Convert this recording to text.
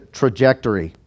trajectory